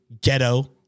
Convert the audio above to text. ghetto